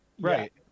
Right